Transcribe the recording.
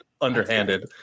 Underhanded